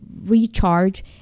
recharge